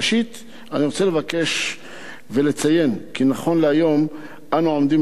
ראשית אני רוצה לבקש ולציין כי נכון להיום אנו עומדים